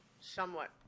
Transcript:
somewhat